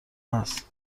هست